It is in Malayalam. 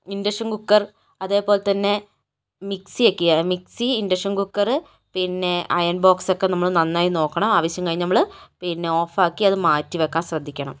ഇൻഡക്ഷൻ കുക്കർ അതേപോലെ തന്നേ മിക്സിയൊക്കെയാണ് മിക്സി ഇൻഡക്ഷൻ കുക്കർ പിന്നേ അയൺ ബോക്സൊക്കേ നമ്മൾ നന്നായി നോക്കണം ആവശ്യം കഴിഞ്ഞാൽ നമ്മൾ പിന്നെ ഓഫാക്കി അത് മാറ്റി വെക്കാൻ ശ്രദ്ധിക്കണം